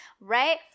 Right